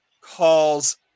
calls